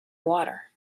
water